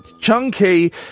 chunky